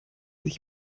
sich